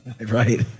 right